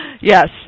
Yes